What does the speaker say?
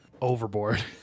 Overboard